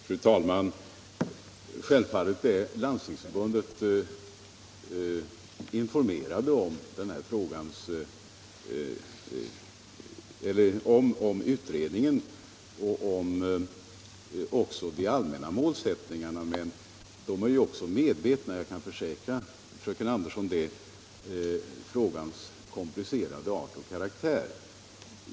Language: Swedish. Fru talman! Självfallet är Landstingsförbundet informerat om utredningen och de allmänna målsättningarna, men man är också inom Landstingsförbundet medveten om — det kan jag försäkra fröken Andersson — frågans komplicerade art.